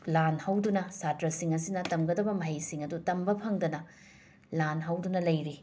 ꯂꯥꯟ ꯍꯧꯗꯨꯅ ꯁꯥꯇ꯭ꯔꯁꯤꯡ ꯑꯁꯤꯅ ꯇꯝꯒꯗꯕ ꯃꯍꯩꯁꯤꯡ ꯑꯗꯨ ꯇꯝꯕ ꯐꯪꯗꯅ ꯂꯥꯟ ꯍꯧꯗꯨꯅ ꯂꯩꯔꯤ